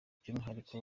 by’umwihariko